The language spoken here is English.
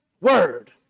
Word